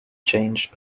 changed